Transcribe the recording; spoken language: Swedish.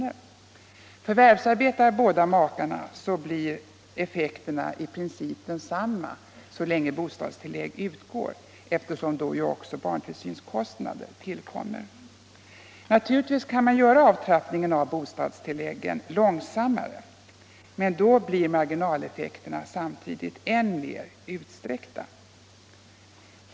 Om båda makarna förvärvsarbetar blir effekterna i princip desamma så länge bostadstillägg utgår, eftersom då också barntillsynskostnader tillkommer. Naturligtvis kan man göra avtrappningen av bostadstilläggen långsammare, men då blir marginaleffekterna samtidigt ännu mer utsträckta.